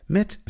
Met